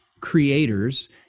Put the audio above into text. creators